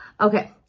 Okay